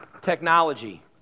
Technology